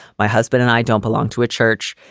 my husband and i don't belong to a church.